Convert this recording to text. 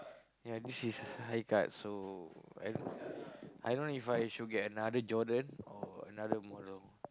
yeah this is high cut so I don't know If I should get another Jordan or another model